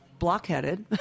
blockheaded